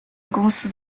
公司